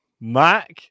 mac